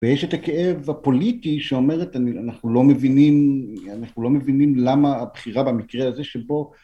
ויש את הכאב הפוליטי שאומרת, אנחנו לא מבינים אנחנו לא מבינים למה הבחירה במקרה הזה שבו